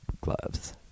gloves